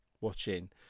watching